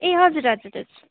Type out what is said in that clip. ए हजुर हजुर हजुर